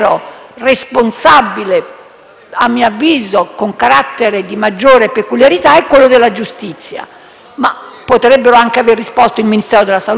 a mio avviso, con carattere di maggiore peculiarità è quello della giustizia, ma potrebbero anche aver risposto il Ministro della salute o quello della famiglia.